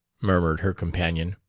murmured her companion.